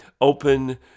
open